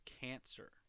cancer